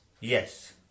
yes